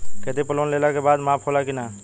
खेती पर लोन लेला के बाद माफ़ होला की ना?